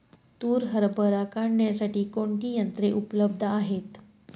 तूर हरभरा काढण्यासाठी कोणती यंत्रे उपलब्ध आहेत?